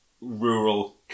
rural